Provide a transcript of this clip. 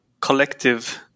collective